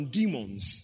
demons